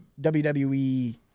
WWE